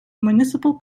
municipal